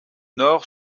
nord